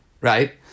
right